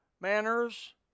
Manners